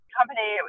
company